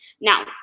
Now